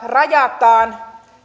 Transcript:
rajataan